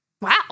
Wow